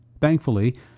Thankfully